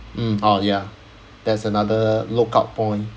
mm oh ya there's another lookout point